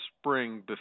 spring